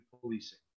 policing